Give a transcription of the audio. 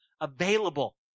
available